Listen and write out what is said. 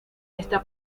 esta